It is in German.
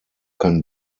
kann